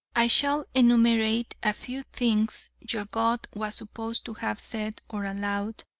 i shall enumerate a few things your god was supposed to have said or allowed,